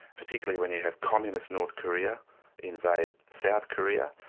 particularly when you have communist north korea invade south korea,